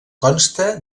consta